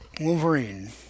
Wolverine